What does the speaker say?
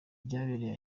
byabereye